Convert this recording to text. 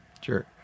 Sure